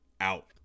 out